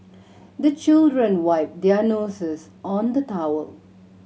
the children wipe their noses on the towel